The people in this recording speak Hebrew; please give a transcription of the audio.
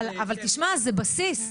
אבל תשמע זה בסיס.